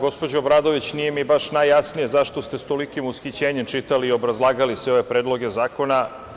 Gospođo Obradović, nije mi baš najjasnije zašto ste sa tolikim ushićenjem čitali i obrazlagali sve ove predloge zakone.